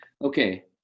Okay